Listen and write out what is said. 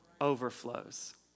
overflows